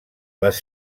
les